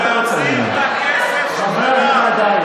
אבל זה שתצעק יותר חזק לא ישכנע אף אחד.